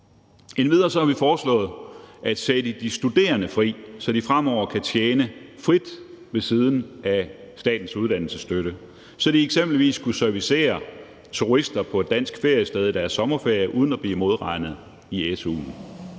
Endvidere har vi foreslået at sætte de studerende fri, så de fremover kan tjene frit ved siden af Statens Uddannelsesstøtte, så de eksempelvis kunne servicere turister på et dansk feriested i deres sommerferie uden at blive modregnet i su'en.